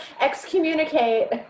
excommunicate